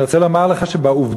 אני רוצה לומר לך שבעובדות,